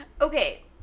Okay